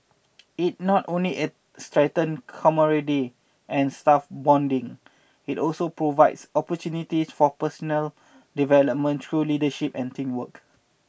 it not only it strengthen camaraderie and staff bonding it also provides opportunities for personal development through leadership and teamwork